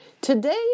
Today